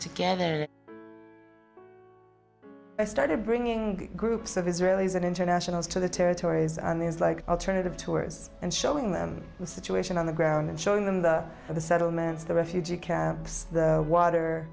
together i started bringing groups of israelis and internationals to the territories and there's like alternative tourists and showing them the situation on the ground and showing them that the settlements the refugee camps the water